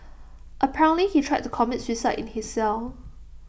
apparently he tried to commit suicide in his cell